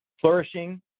flourishing